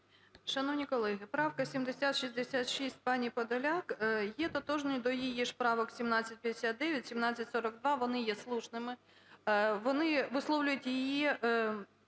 Шановні колеги, правка 1766 пані Подоляк є тотожною до її ж правок 1759, 1742, вони є слушними, вони висловлюють її